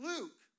Luke